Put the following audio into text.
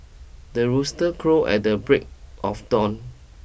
the rooster crow at the break of dawn